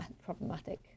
problematic